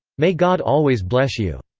may god always bless you.